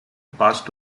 passed